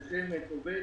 נושמת, עובדת,